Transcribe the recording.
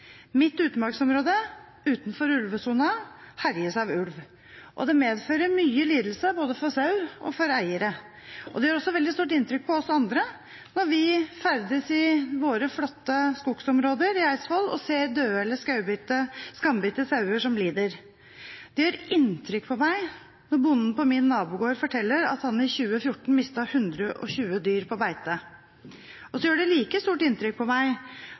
Mitt utmarksområde utenfor ulvesonen herjes av ulv, og det medfører mye lidelse både for sau og for eiere. Det gjør også veldig stort inntrykk på oss andre når vi ferdes i våre flotte skogsområder i Eidsvoll og ser døde eller skambitte sauer som lider. Det gjør inntrykk på meg når bonden på min nabogård forteller at han i 2014 mistet 120 dyr på beite. Det gjør like stort inntrykk på meg